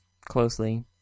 closely